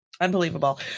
Unbelievable